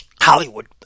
Hollywood